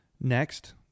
next